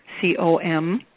c-o-m